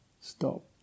stop